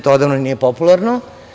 To odavno nije popularno.